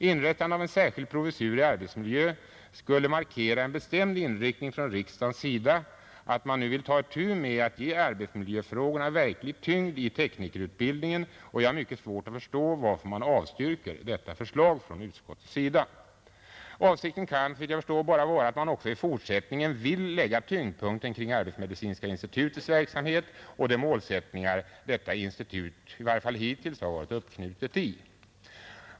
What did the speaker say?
Inrättandet av en särskild professur i arbetsmiljö skulle markera en bestämd inriktning från riksdagens sida att man nu vill ta itu med att ge arbetsmiljöfrågorna en verklig tyngd i teknikerutbildningen, och jag har mycket svårt att förstå varför utskottet avstyrker detta förslag. Avsikten kan endast vara, såvitt jag förstår, att man även i fortsättningen vill lägga tyngdpunkten kring arbetsmedicinska institutets verksamhet och de målsättningar detta institut i varje fall hittills har varit uppknutet i.